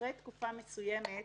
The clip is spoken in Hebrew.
אחרי תקופה מסוימת,